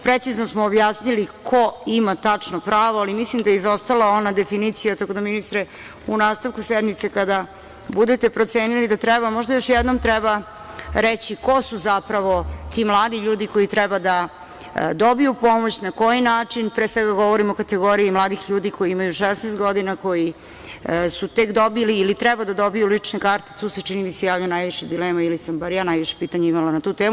Precizno smo objasnili ko ima tačno pravo, ali mislim da je izostala ona definicija, tako da, ministre, u nastavku sednice kada budete procenili da treba, možda još jednom reći ko su zapravo ti mladi ljudi koji treba da dobiju pomoć, na koji način, pre svega govorim o kategoriji mladih ljudi koji imaju 16 godina, koji su tek dobili ili treba da dobiju lične karte, tu se, čini mi se, javilo najviše dilema, ili sam ja bar najviše pitanja imala na tu temu.